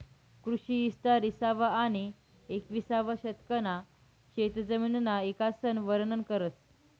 कृषी इस्तार इसावं आनी येकविसावं शतकना शेतजमिनना इकासन वरनन करस